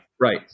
Right